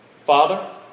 father